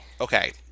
Okay